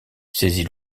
saisit